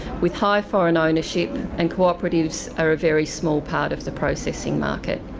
with high foreign ownership and cooperatives are a very small part of the processing market.